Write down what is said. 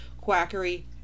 quackery